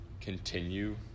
continue